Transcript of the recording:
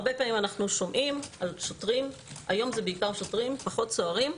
הרבה פעמים אנחנו שומעים על שוטרים, פחות סוהרים,